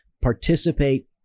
participate